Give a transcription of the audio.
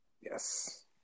yes